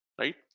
right